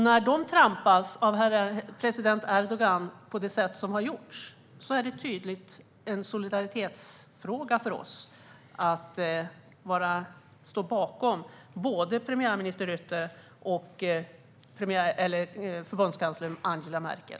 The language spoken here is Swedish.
När de trampas på av president Erdogan är det helt tydligt en solidaritetsfråga för oss att stå bakom både premiärminister Rutte och förbundskansler Angela Merkel.